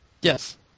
Yes